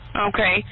Okay